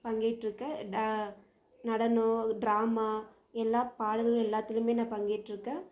பங்கேற்றுக்கேன் நடனம் ட்ராமா எல்லா பாடல் எல்லாத்திலேயுமே நான் பங்கேற்றுருக்கேன்